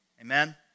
Amen